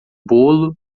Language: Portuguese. bolo